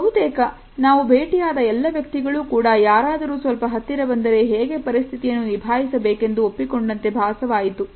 ಬಹುತೇಕ ನಾವು ಭೇಟಿಯಾದ ಎಲ್ಲಾ ವ್ಯಕ್ತಿಗಳು ಕೂಡ ಯಾರಾದರೂ ಸ್ವಲ್ಪ ಹತ್ತಿರ ಬಂದರೆ ಹೇಗೆ ಪರಿಸ್ಥಿತಿಯನ್ನು ನಿಭಾಯಿಸಬೇಕೆಂದು ಒಪ್ಪಿಕೊಂಡಂತೆ ಭಾಸವಾಯಿತು